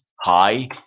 hi